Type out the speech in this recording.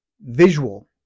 visual